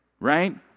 right